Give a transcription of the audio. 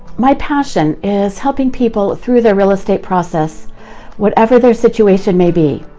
my passion is helping people through their real estate process whatever their situation may be,